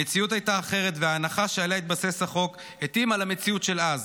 המציאות הייתה אחרת וההנחה שעליה התבסס החוק התאימה למציאות של אז,